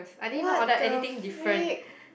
what the freak